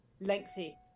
lengthy